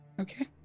Okay